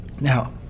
Now